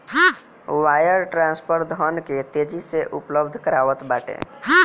wire transfer धन के तेजी से उपलब्ध करावत बाटे